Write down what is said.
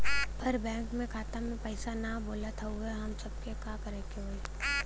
पर बैंक मे खाता मे पयीसा ना बा बोलत हउँव तब हमके का करे के होहीं?